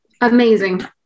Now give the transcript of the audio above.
Amazing